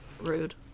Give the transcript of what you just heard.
Rude